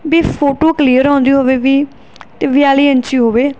ਵੀ photo clear ਆਉਂਦੀ ਹੋਵੇ ਵੀ ਅਤੇ ਬਤਾਲੀ ਇੰਚੀ ਹੋਵੇ